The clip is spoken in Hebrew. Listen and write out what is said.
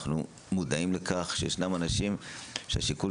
אנחנו מודעים לכך שישנם אנשים שהשיקול